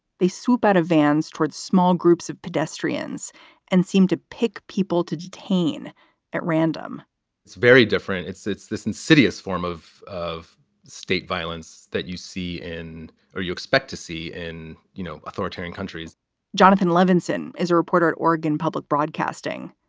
they swoop out of vans towards small groups of pedestrians and seem to pick people to detain at random it's very different. it's it's this insidious form of of state violence that you see in or you expect to see in, you know, authoritarian countries jonathan levinson is a reporter at oregon public broadcasting.